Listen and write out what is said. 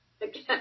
again